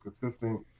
consistent